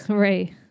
Right